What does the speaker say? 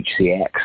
HCX